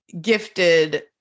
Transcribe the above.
gifted